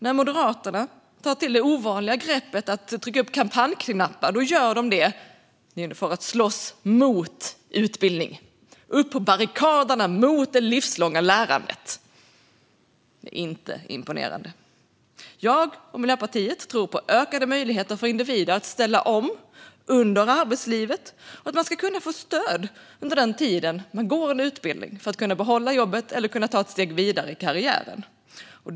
När Moderaterna tar till det ovanliga greppet att trycka upp kampanjknappar gör de det för att slåss mot utbildning - upp på barrikaderna mot det livslånga lärandet! Det är inte imponerande. Jag och Miljöpartiet tror på ökade möjligheter för individer att ställa om under arbetslivet. Man ska kunna få stöd under tiden man går en utbildning för att kunna behålla jobbet eller ta ett steg vidare i karriären.